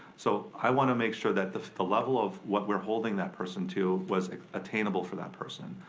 so i wanna make sure that the the level of what we're holding that person to was attainable for that person.